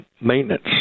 maintenance